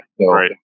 Right